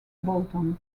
bolton